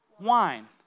Wine